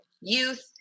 youth